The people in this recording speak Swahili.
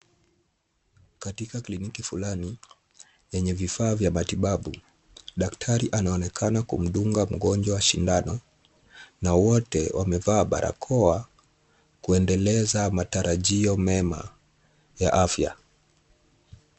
Katika kliniki fulani yenye vifaa vya matibabu daktari anaonekana kumdunga mgonjwa sindano na wote wamevaa barakoa kuendeleza matarajio mema ya afya.